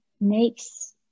makes